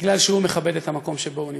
בגלל שהוא מכבד את המקום שבו הוא נמצא,